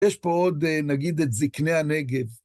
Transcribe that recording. יש פה עוד, נגיד, את זקני הנגב.